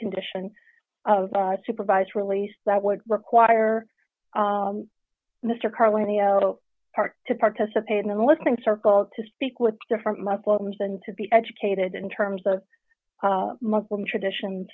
condition of supervised release that would require mr carlin the park to participate in the listening circle to speak with different muslims and to be educated in terms of muslim tradition